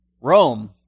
Rome